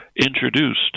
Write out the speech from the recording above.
introduced